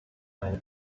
meine